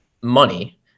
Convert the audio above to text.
money